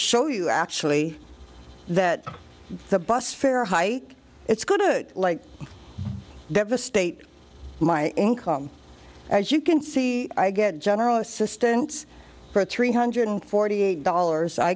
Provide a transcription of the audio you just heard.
show you actually that the bus fare hike it's good like devastate my income as you can see i get general assistance for three hundred forty eight dollars i